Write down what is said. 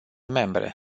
membre